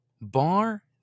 Bar